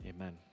amen